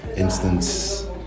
instance